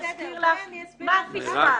בואי אני אזכיר לך מה פספסת.